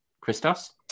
Christos